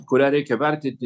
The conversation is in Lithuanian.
kurią reikia vertinti